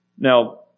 Now